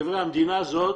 חבר'ה, המדינה הזאת,